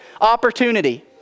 opportunity